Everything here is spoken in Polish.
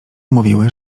mówiły